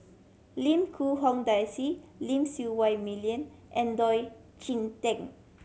Lim Quee Hong Daisy Lim Siew Wai Million and Oon Jin Teik